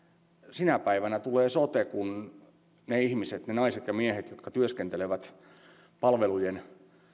sinä päivänä tulee sote kun ne ihmiset ne naiset ja miehet jotka työskentelevät palvelujen